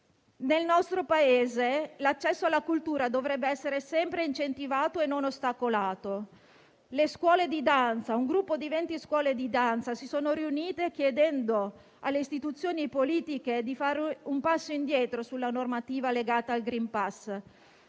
Nel nostro Paese, l'accesso alla cultura dovrebbe essere sempre incentivato e non ostacolato. Un gruppo di 20 scuole di danza si è riunito chiedendo alle istituzioni politiche di fare un passo indietro sulla normativa legata al *green pass*,